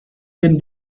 been